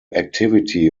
activity